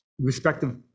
respective